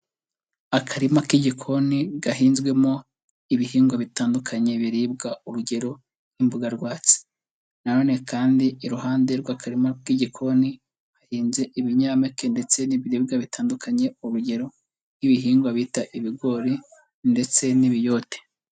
Akarima k'igikoni gahinzwemo ibihingwa bitandukanye biribwa urugero nk'imbugarwatsi na none kandi iruhande rw'akarima k'igikoni hahinze ibinyampeke ndetse n'ibiribwa bitandukanye urugero nk'ibihingwa bita ibigori ndetse n'ibiyote.